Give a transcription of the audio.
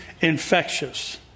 infectious